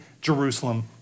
Jerusalem